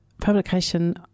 publication